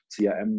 CRM